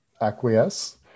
acquiesce